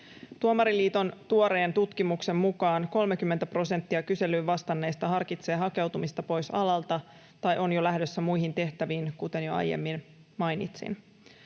Tuomariliiton tuoreen tutkimuksen mukaan 30 prosenttia kyselyyn vastanneista harkitsee hakeutumista pois alalta tai on jo lähdössä muihin tehtäviin, kuten jo aiemmin mainitsin.